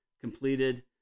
completed